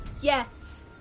Yes